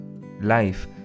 Life